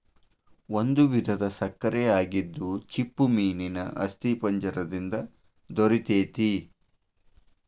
ಒಂದು ವಿಧದ ಸಕ್ಕರೆ ಆಗಿದ್ದು ಚಿಪ್ಪುಮೇನೇನ ಅಸ್ಥಿಪಂಜರ ದಿಂದ ದೊರಿತೆತಿ